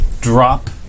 drop